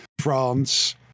France